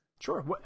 Sure